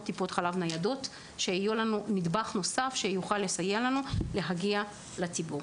טיפות חלב ניידות שתוכלנה לסייע לנו להגיע לציבור.